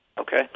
Okay